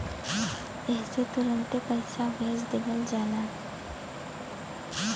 एह से तुरन्ते पइसा भेज देवल जाला